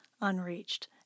unreached